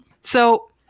So-